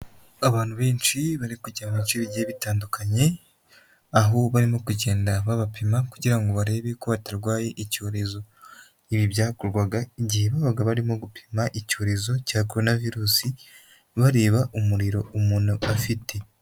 Abantu benshi bari kujya mu bice bigiye bitandukanye, aho barimo kugenda babapima kugira ngo barebe ko batarwaye icyorezo, ibi byakorwaga igihe babaga barimo gupima icyorezo cya Corona Virusi, bareba umuriro umuntu afite.